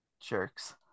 Jerks